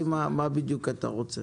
מה בדיוק אתה רוצה?